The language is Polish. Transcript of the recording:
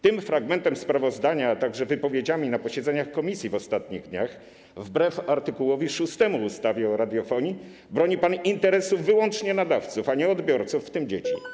Tym fragmentem sprawozdania, a także wypowiedziami na posiedzeniach komisji w ostatnich dniach wbrew art. 6 ustawy o radiofonii broni pan wyłącznie interesów nadawców, a nie odbiorców, w tym dzieci.